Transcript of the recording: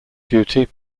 duty